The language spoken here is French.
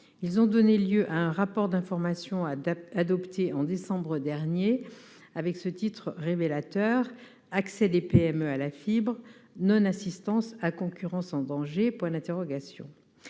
Ils ont donné lieu à un rapport d'information, adopté en décembre dernier, dont le titre est révélateur :« Accès des PME à la fibre : non-assistance à concurrence en danger ?».